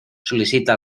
sol·licita